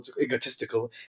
egotistical